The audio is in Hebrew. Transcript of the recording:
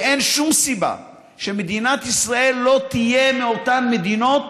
ואין שום סיבה שמדינת ישראל לא תהיה מאותן מדינות